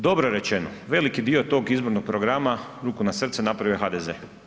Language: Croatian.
Dobro je rečeno, veliki dio tog izbornog programa, ruku na srce napravio je HDZ.